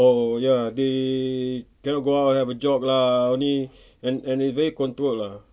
oh ya they cannot go out have a job lah only and and they very control lah